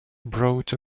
brought